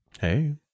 Hey